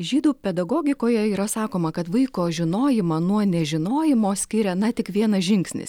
žydų pedagogikoje yra sakoma kad vaiko žinojimą nuo nežinojimo skiria na tik vienas žingsnis